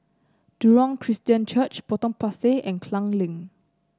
Jurong Christian Church Potong Pasir and Klang Lane